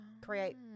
create